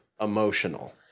emotional